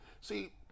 See